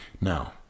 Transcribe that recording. now